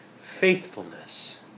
faithfulness